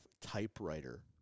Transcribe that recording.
typewriter